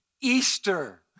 Easter